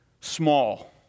small